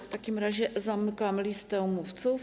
W takim razie zamykam listę mówców.